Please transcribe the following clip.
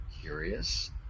curious